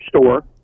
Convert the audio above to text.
store